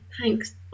Thanks